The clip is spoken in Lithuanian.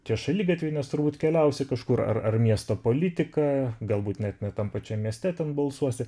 ties šaligatviai nes turbūt keliausi kažkur ar ar miesto politika galbūt net ne tam pačiam mieste ten balsuosi